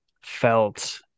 felt